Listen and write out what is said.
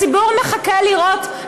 הציבור מחכה לראות,